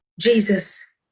Jesus